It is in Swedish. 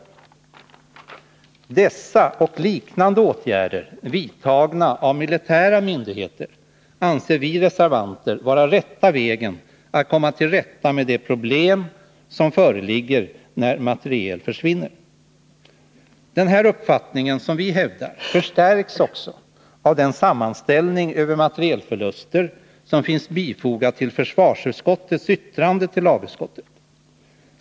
Att sådana och liknande åtgärder vidtas av de militära myndigheterna anser vi reservanter vara den rätta vägen för att komma till rätta med de problem som uppstår när materiel försvinner. Den uppfattning vi hävdar förstärks av den sammanställning över materielförluster som finns fogad till försvarsutskottets yttrande till lagutskottet.